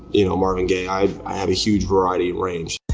you know, marvin gaye. i i have a huge variety range.